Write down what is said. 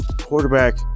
quarterback